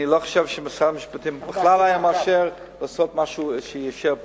ואני לא חושב שמשרד המשפטים בכלל היה מאשר לעשות משהו שיישאר פרטי.